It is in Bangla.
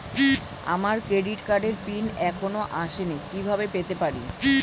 আমার ক্রেডিট কার্ডের পিন এখনো আসেনি কিভাবে পেতে পারি?